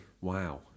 Wow